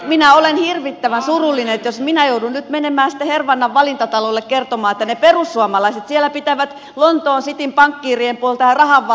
minä olen hirvittävän surullinen jos minä joudun nyt menemään sitten hervannan valintatalolle kertomaan että ne perussuomalaiset siellä pitävät lontoon cityn pankkiirien puolta ja rahavallan puolta